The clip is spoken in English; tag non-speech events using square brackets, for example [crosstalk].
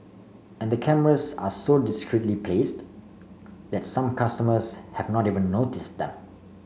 and the cameras are so [unintelligible] placed that some customers have not even notice them